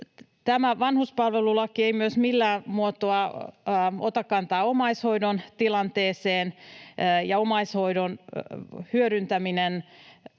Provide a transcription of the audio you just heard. Tämä vanhuspalvelulaki ei myös millään muotoa ota kantaa omaishoidon tilanteeseen, ja omaishoidon hyödyntäminen